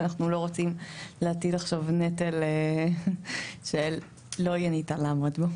ואנחנו לא רוצים להטיל עכשיו נטל שלא יהיה ניתן לעמוד בו.